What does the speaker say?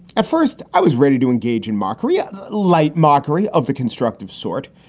at first i was ready to engage in mockery of light, mockery of the constructive sort.